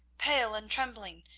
pale and trembling,